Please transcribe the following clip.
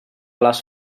les